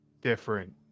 different